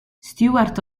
stewart